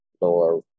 lower